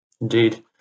Indeed